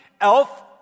Elf